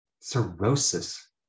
cirrhosis